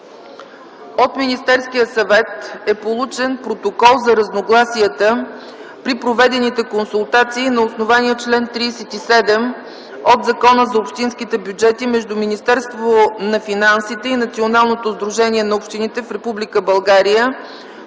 От Министерския съвет е получен Протокол за разногласията при проведените консултации на основание чл. 37 от Закона за общинските бюджети между Министерството на финансите и Националното сдружение на общините в